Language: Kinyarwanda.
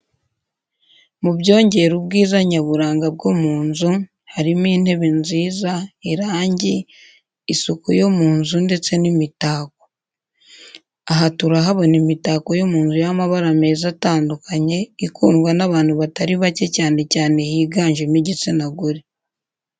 Mu byongera ubwiza nyaburanga bwo mu nzu harimo: intebe nziza, irangi, isuku yo mu nzu ndetse n'imitako. Aha turahabona imitako yo mu nzu y'amabara meza atandukanye, ikundwa n'abantu batari bake cyane cyane higanjemo igitsina gore.